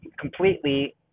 completely